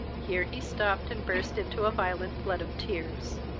here he stopped, and burst into a violent flood of tears.